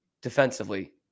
defensively